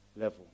level